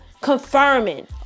confirming